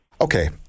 Okay